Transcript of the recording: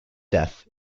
death